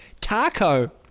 taco